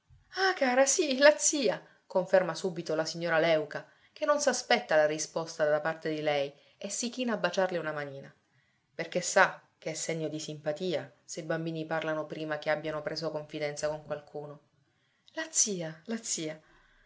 ah cara sì la zia conferma subito la signora léuca che non s'aspetta la risposta da parte di lei e si china a baciarle una manina perché sa che è segno di simpatia se i bambini parlano prima che abbiano preso confidenza con qualcuno la zia la zia